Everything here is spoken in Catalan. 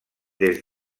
des